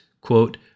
quote